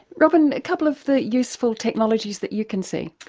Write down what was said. robyn, a couple of the useful technologies that you can see?